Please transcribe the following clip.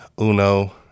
uno